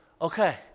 Okay